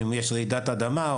כמו מלחמה או רעידת אדמה,